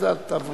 ועדת העבודה